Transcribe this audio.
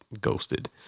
ghosted